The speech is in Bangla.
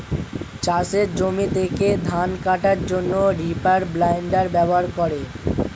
চাষের জমি থেকে ধান কাটার জন্যে রিপার বাইন্ডার ব্যবহার করে